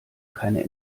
keine